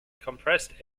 compressed